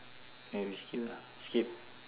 and we skip lah skip